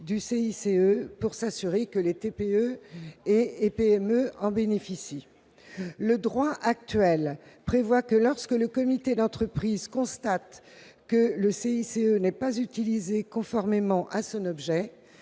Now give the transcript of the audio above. le CICE, pour s'assurer que les TPE et PME en bénéficient. Selon le droit actuel, lorsque le comité d'entreprise constate que le CICE n'est pas utilisé conformément à son objet,